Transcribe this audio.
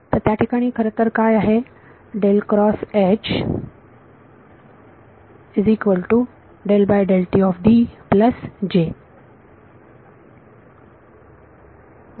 तर त्या ठिकाणी खरंतर काय आहे विद्यार्थी हो सर